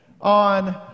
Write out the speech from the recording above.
on